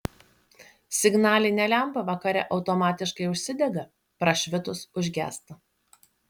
signalinė lempa vakare automatiškai užsidega prašvitus užgęsta